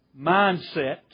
mindset